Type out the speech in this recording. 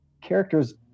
characters